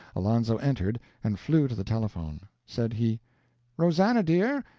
alonzo entered and flew to the telephone. said he rosannah, dear,